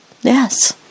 Yes